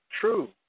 true